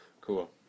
Cool